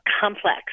complex